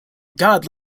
god